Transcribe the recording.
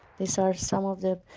these are some of the